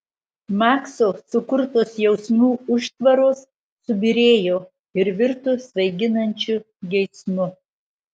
makso sukurtos jausmų užtvaros subyrėjo ir virto svaiginančiu geismu